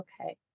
Okay